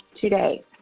today